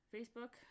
Facebook